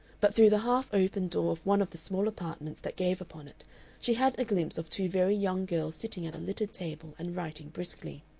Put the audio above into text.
but through the half-open door of one of the small apartments that gave upon it she had a glimpse of two very young girls sitting at a littered table and writing briskly.